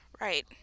Right